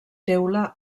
teula